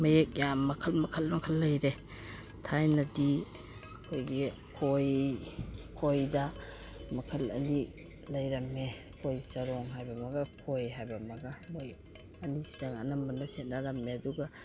ꯃꯌꯦꯛ ꯀꯌꯥ ꯃꯈꯜ ꯃꯈꯜ ꯃꯈꯜ ꯂꯩꯔꯦ ꯊꯥꯏꯅꯗꯤ ꯑꯩꯈꯣꯏꯒꯤ ꯈꯣꯏ ꯈꯣꯏꯗ ꯃꯈꯜ ꯑꯅꯤ ꯂꯩꯔꯝꯃꯦ ꯈꯣꯏ ꯆꯔꯣꯡ ꯍꯥꯏꯕ ꯑꯃꯒ ꯈꯣꯏ ꯍꯥꯏꯕ ꯑꯃꯒ ꯃꯣꯏ ꯑꯅꯤꯁꯤꯗ ꯑꯅꯝꯕꯅ ꯁꯦꯠꯅꯔꯝꯃꯦ ꯑꯗꯨꯒ